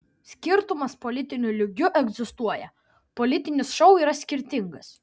skirtumas politiniu lygiu egzistuoja politinis šou yra skirtingas